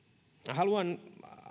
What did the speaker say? haluan